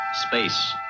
Space